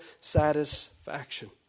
satisfaction